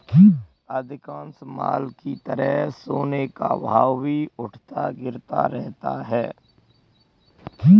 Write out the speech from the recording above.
अधिकांश माल की तरह सोने का भाव भी उठता गिरता रहता है